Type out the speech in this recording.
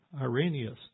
Irenaeus